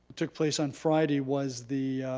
took place on friday was the